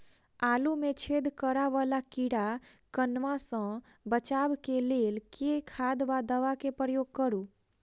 आलु मे छेद करा वला कीड़ा कन्वा सँ बचाब केँ लेल केँ खाद वा दवा केँ प्रयोग करू?